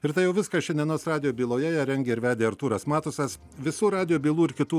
ir tuojau viską šiandienos radijo byloje rengė ir vedė artūras matusas visų radijo bylų ir kitų